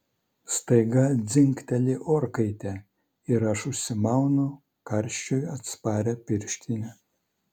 staiga dzingteli orkaitė ir aš užsimaunu karščiui atsparią pirštinę